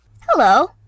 Hello